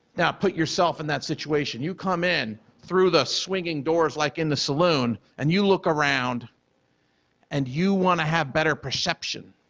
now, put yourself in that situation, you come in through the swinging doors, like in the saloon, and you look around and you want to have better perception,